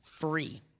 Free